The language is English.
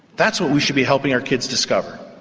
that's what we should be helping our kids discover.